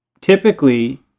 Typically